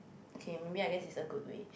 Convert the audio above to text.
okay maybe I guess in a good way